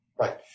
Right